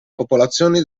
popolazioni